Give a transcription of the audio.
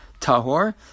Tahor